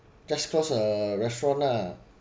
just close the restaurant lah